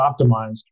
optimized